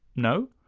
no?